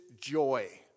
joy